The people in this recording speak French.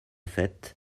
faite